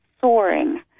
soaring